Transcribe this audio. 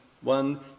one